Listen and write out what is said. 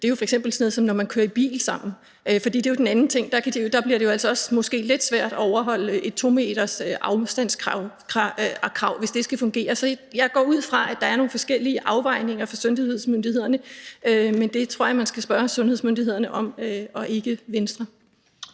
er f.eks. sådan noget, som når man kører i bil sammen. Det er jo den anden ting. Der bliver det måske også lidt svært at overholde et 2-metersafstandskrav, hvis det skal fungere. Jeg går ud fra, at der er nogle forskellige afvejninger for sundhedsmyndighederne, men det tror jeg man skal spørge sundhedsmyndighederne om, og ikke Venstre.